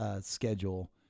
schedule